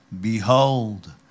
Behold